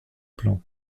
plan